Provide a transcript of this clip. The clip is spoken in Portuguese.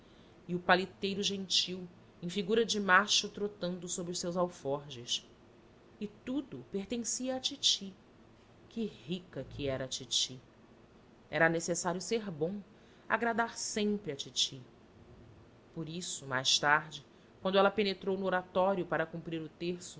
e o paliteiro gentil em figura de macho trotando sob os seus alforjes e tudo pertença à titi que rica que era a titi era necessário ser bom agradar sempre a titi por isso mais tarde quando ela penetrou no oratório para cumprir o terço